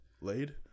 laid